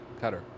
Cutter